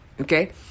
Okay